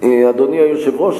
אדוני היושב-ראש,